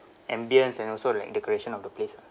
ambience and also like decoration of the place ah